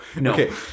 No